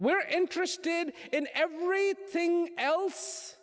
we're interested in everything else